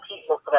people